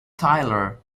tyler